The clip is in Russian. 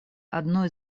одной